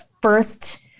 first